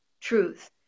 truth